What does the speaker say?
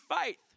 faith